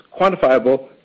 quantifiable